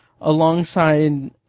alongside